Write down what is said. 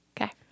Okay